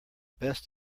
best